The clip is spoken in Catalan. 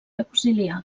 auxiliar